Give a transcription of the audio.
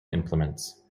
implements